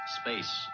Space